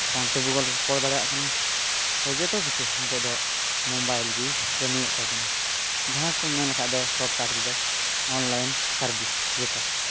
phone ᱛᱮᱵᱚ ᱨᱚᱯᱚᱲ ᱫᱟᱲᱮᱭᱟᱜ ᱠᱟᱱᱟ ᱛᱚ ᱡᱚᱛᱚ ᱠᱤᱪᱷᱩ ᱱᱤᱛᱳᱜ ᱫᱚ ᱢᱳᱵᱟᱭᱤᱞ ᱜᱮᱭ ᱠᱟᱹᱢᱤᱭᱮᱫ ᱛᱟᱵᱚᱱᱟ ᱡᱟᱦᱟᱸᱠᱚ ᱢᱮᱱᱟᱠᱟᱫ ᱫᱚ ᱥᱚᱨᱠᱟᱨᱤ ᱫᱚ ᱚᱱᱞᱟᱭᱤᱱ ᱥᱟᱨᱵᱷᱤᱥ ᱡᱮᱴᱟ